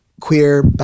queer